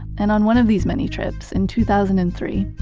and on one of these many trips in two thousand and three,